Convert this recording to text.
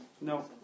No